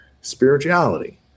spirituality